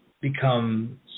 become